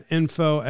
info